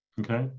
Okay